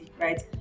right